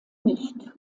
nicht